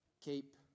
Keep